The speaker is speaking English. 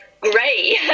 grey